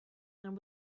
and